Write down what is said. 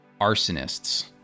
arsonists